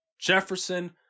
Jefferson